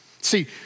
See